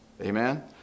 Amen